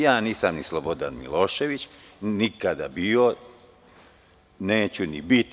Ja nisam ni Slobodan Milošević, nikada bio, neću ni biti.